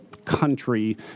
country